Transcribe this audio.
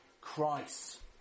Christ